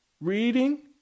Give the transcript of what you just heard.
reading